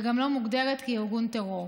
וגם לא מוגדרת כארגון טרור.